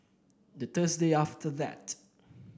the Thursday after that